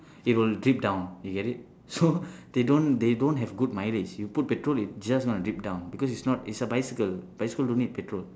it will drip down you get it so they don't they don't have good mileage you put petrol it just going to drip down because it's not it's a bicycle bicycle don't need petrol